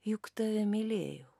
juk tave mylėjau